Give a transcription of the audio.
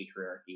patriarchy